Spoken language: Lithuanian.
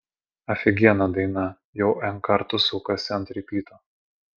afigiena daina jau n kartų sukasi ant ripyto